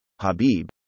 Habib